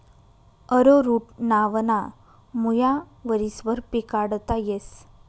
arrowroot नावना मुया वरीसभर पिकाडता येस